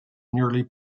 merely